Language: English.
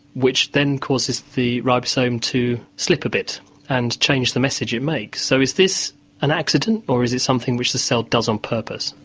which then causes the ribosome to slip a bit and change the message it makes. so is this an accident or is it something which the cell does on purpose?